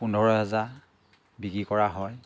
পোন্ধৰ হাজাৰ বিক্ৰী কৰা হয়